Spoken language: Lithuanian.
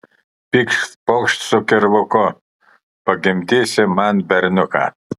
pykšt pokšt su kirvuku pagimdysi man berniuką